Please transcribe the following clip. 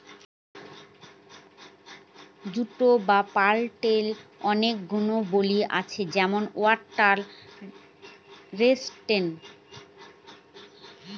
jute বা পাটের অনেক গুণাবলী আছে যেমন ওয়াটার রেসিস্টেন্ট